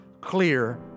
clear